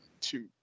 two